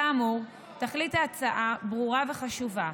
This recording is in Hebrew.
כאמור, תכלית הצעת החוק ברורה וחשובה.